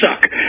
suck